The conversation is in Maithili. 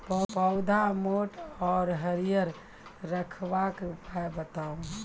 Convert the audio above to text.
पौधा मोट आर हरियर रखबाक उपाय बताऊ?